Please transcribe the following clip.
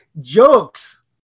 Jokes